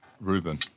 Ruben